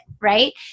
right